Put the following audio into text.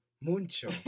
mucho